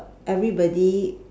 everybody